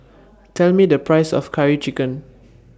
Tell Me The Price of Curry Chicken